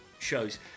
shows